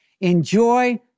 enjoy